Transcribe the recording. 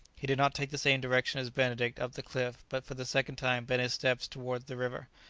he did not take the same direction as benedict up the cliff, but for the second time bent his steps towards the river,